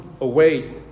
away